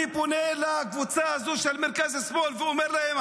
אני פונה לקבוצה הזו של מרכז-שמאל ואומר להם: